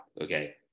okay